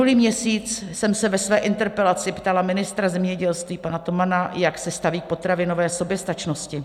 Minulý měsíc jsem se ve své interpelaci ptala ministra zemědělství pana Tomana, jak se staví k potravinové soběstačnosti.